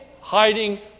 hiding